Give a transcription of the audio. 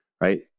right